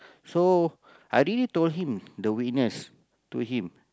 so I already told him the weakness to him